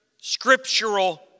scriptural